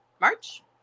March